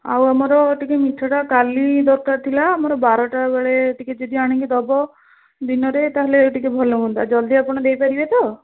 ଆଉ ଆମର ଟିକିଏ ମିଠାଟା କାଲି ଦରକାର ଥିଲା ଆମର ବାରଟା ବେଳେ ଟିକିଏ ଆଣିକି ଯଦି ଦେବ ଦିନରେ ତା'ହାଲେ ଟିକିଏ ଭଲ ହୁଅନ୍ତା ଜଲଦି ଆପଣ ଦେଇପାରିବେ ତ